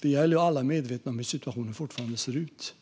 Vi är dock alla medvetna om hur situationen fortfarande ser ut.